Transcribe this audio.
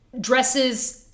Dresses